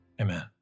Amen